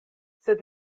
sed